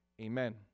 amen